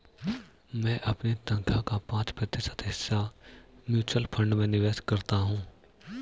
मैं अपनी तनख्वाह का पाँच प्रतिशत हिस्सा म्यूचुअल फंड में निवेश करता हूँ